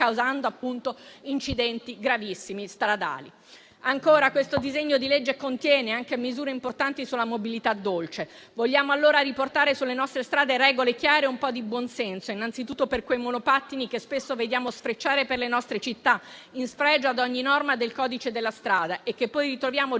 Grazie a tutti